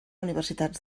universitats